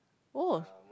oh